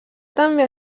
també